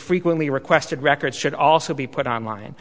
frequently requested records should also be put on line